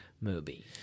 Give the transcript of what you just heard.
movie